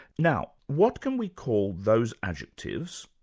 now what can we call those adjectives,